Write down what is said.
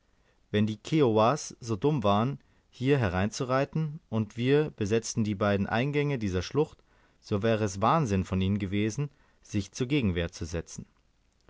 wenn die kiowas so dumm waren hier herein zu reiten und wir besetzten die beiden eingänge dieser schlucht so wäre es wahnsinn von ihnen gewesen sich zur gegenwehr zu setzen